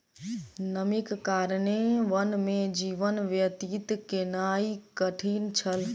नमीक कारणेँ वन में जीवन व्यतीत केनाई कठिन छल